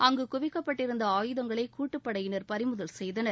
அங்கு குவிக்கப்பட்டிருந்த ஆயுதங்களை கூட்டுப்படையினர் பறிமுதல் செய்தனர்